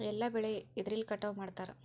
ಎಲ್ಲ ಬೆಳೆ ಎದ್ರಲೆ ಕಟಾವು ಮಾಡ್ತಾರ್?